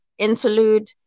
interlude